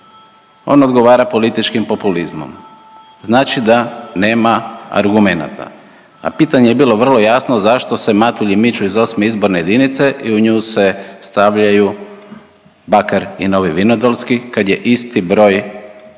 on odgovara političkim populizmom. Znači da nema argumenata. A pitanje je bilo vrlo jasno, zašto se Matulji miču iz 8. izborne jedinice i u nju se stavljaju Bakar i Novi Vinodolski kad je isti broj stanovnika